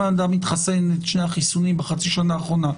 אם האדם מתחסן את שני החיסונים בחצי שנה האחרונה,